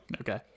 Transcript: okay